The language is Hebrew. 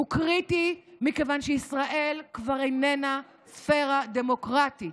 הוא קריטי מכיוון שישראל כבר איננה ספרה דמוקרטית.